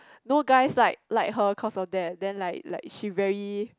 no guys like like her cause of that then like like she very